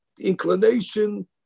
inclination